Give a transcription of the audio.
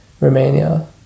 Romania